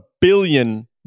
billion